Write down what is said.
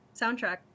soundtrack